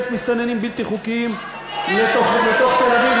מסתננים בלתי חוקיים לתוך תל-אביב,